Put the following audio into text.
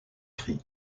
cri